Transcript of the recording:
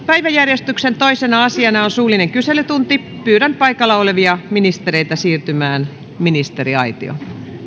päiväjärjestyksen toisena asiana on suullinen kyselytunti pyydän paikalla olevia ministereitä siirtymään ministeriaitioon